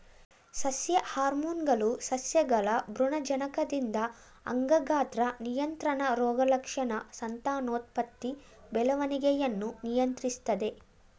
ಸಸ್ಯ ಹಾರ್ಮೋನ್ಗಳು ಸಸ್ಯಗಳ ಭ್ರೂಣಜನಕದಿಂದ ಅಂಗ ಗಾತ್ರ ನಿಯಂತ್ರಣ ರೋಗಲಕ್ಷಣ ಸಂತಾನೋತ್ಪತ್ತಿ ಬೆಳವಣಿಗೆಯನ್ನು ನಿಯಂತ್ರಿಸ್ತದೆ